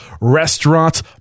restaurant